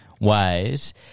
ways